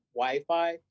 Wi-Fi